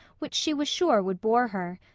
which she was sure would bore her.